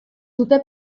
dute